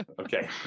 okay